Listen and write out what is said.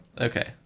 Okay